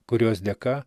kurios dėka